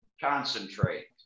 Concentrate